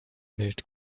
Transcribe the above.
mit